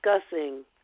discussing